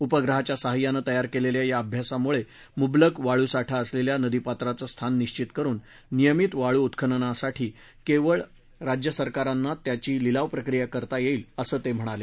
उपग्रहाच्या सहाय्यानं तयार केलेल्या या अभ्यासामुळे मुबलक वाळूसाठा असलेल्या नदीपात्राचं स्थान निश्वित करुन नियमित वाळू उत्खननासाठी केवळ राज्य सरकारांना त्याची लिलावप्रक्रिया करता येईल असं ते म्हणाले